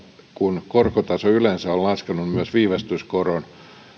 kun korkotaso yleensä on laskenut myös viivästyskoron